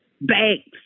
banks